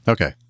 Okay